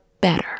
better